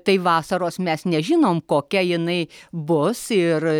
tai vasaros mes nežinom kokia jinai bus ir